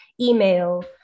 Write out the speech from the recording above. email